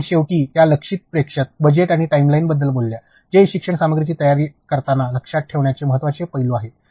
आणि शेवटी त्या लक्ष्यित प्रेक्षक बजेट आणि टाइमलाइनबद्दल बोलल्या जे ई शिक्षण सामग्रीची रचना करताना लक्षात ठेवण्यासाठी महत्त्वाचे पैलू आहेत